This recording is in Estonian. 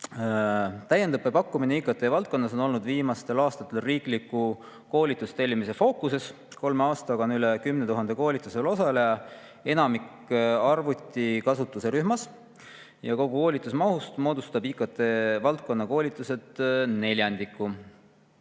Täiendõppe pakkumine IKT-valdkonnas on olnud viimastel aastatel riikliku koolitustellimuse puhul fookuses. Kolme aastaga on olnud üle 10 000 koolitusel osaleja, enamik arvutikasutuse rühmas. Ja kogu koolitusmahust moodustavad IKT‑valdkonna koolitused neljandiku.